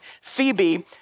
Phoebe